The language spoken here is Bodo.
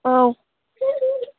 औ